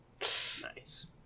nice